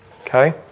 Okay